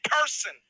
person